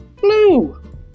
Blue